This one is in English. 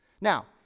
Now